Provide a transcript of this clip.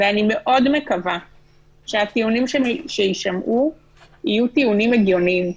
ואני מאוד מקווה שהטיעונים שיישמעו יהיו טיעונים הגיוניים.